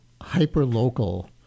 hyperlocal